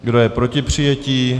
Kdo je proti přijetí?